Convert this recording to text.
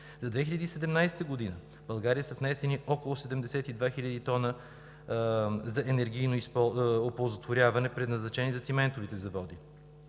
За 2017 г. в България са внесени около 72 000 тона за енергийно оползотворяване, предназначени за циментовите заводи.